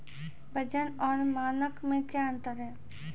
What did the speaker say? वजन और मानक मे क्या अंतर हैं?